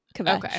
Okay